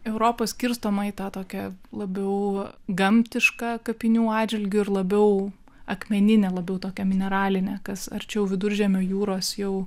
europa skirstoma į tą tokią labiau gamtišką kapinių atžvilgiu ir labiau akmeninę labiau tokią mineralinę kas arčiau viduržemio jūros jau